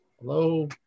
Hello